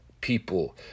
people